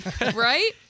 right